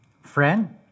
Friend